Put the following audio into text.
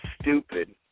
stupid